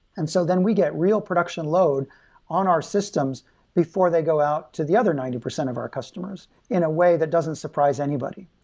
and so then, we get real production load on our systems before they go out to the other ninety percent of our customers in a way that doesn't surprise anybody.